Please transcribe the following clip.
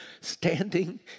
standing